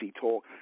talk